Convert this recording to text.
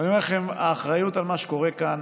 ואני אומר לכם, האחריות על מה שקורה כאן